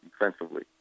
defensively